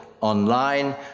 online